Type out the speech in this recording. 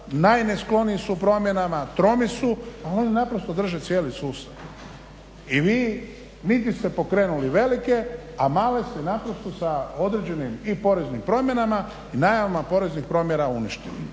najneskloniji su promjenama, tromi su, a oni naprosto drže cijeli sustav. I vi niti ste pokrenuli velike a male ste naprosto sa određenim i poreznim promjenama i najavama poreznih promjera uništili.